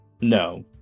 No